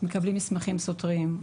מקבלים מסמכים סותרים,